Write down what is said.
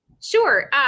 Sure